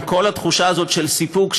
עם כל התחושה הזאת של סיפוק,